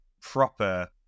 proper